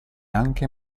anche